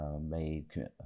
made